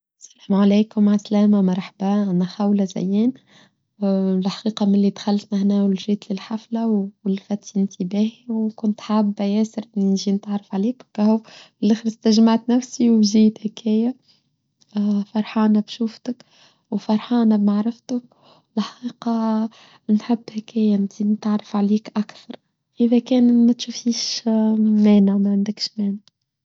السلام عليكم عاسلاما مرحبا. أنا خاوله زين. لحقيقة منذ أن دخلت هنا ودخلت للحفلة ولفت إلى أنتباهي. وكنت أحب ياسر نيچي نتعرف عليك. كاهو وفي الآخرإجتمعت نفسي وچيت إلى هكاية. فرحانة بشوفتك وفرحانة بمعرفتك. لحقيقة نحب هكاية. أريد أن أعرفك أكثر. إذا كانت ماتشوفيش مانع ماعندكش مانع.